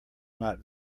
not